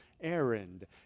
errand